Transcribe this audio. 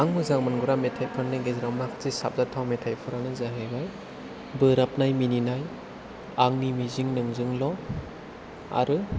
आं मोजां मोनग्रा मेथाइफोरनि गेजेराव माखासे साबजाथाव मेथाइफोरानो जाहैबाय बोराबनाय मिनिनाय आंनि मिजिं नोंजोंल' आरो